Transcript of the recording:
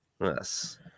yes